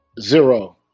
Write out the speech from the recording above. Zero